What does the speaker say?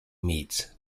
meets